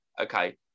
Okay